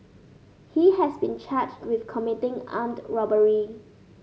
he has been charged with committing armed robbery